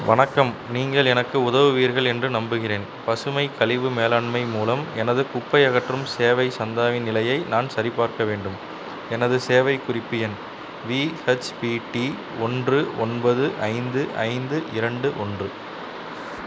வணக்கம் நீங்கள் எனக்கு உதவுவீர்கள் என்று நம்புகிறேன் பசுமை கழிவு மேலாண்மை மூலம் எனது குப்பை அகற்றும் சேவை சந்தாவின் நிலையை நான் சரிபார்க்க வேண்டும் எனது சேவை குறிப்பு எண் விஹெச்பிடி ஒன்று ஒன்பது ஐந்து ஐந்து இரண்டு ஒன்று